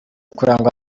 kurangwa